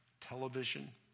television